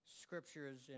scriptures